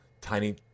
Tiny